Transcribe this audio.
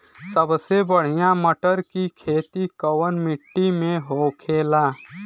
सबसे बढ़ियां मटर की खेती कवन मिट्टी में होखेला?